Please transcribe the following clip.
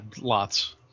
lots